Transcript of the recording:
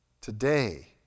today